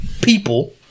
people